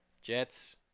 Jets